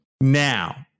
Now